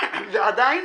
ועדיין